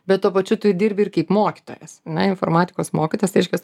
bet tuo pačiu tu i dirbi ir kaip mokytojas ane informatikos mokytojas reiškias